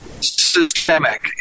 systemic